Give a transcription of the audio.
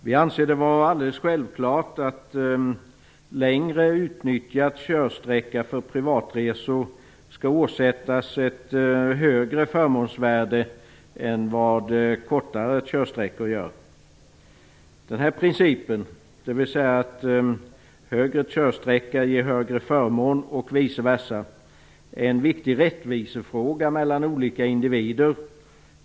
Vi anser det vara alldeles självklart att längre utnyttjad körsträcka för privatresor skall åsättas ett högre förmånsvärde än vad kortare körsträcka åsätts. Den principen, dvs. att längre körsträcka ger högre förmånsvärde och vice versa, är en viktig rättvisefråga mellan olika individer.